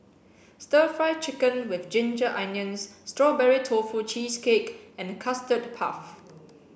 stir fry chicken with ginger onions strawberry tofu cheesecake and custard puff